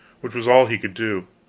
which was all he could do.